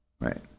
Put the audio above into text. Right